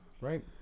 right